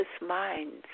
minds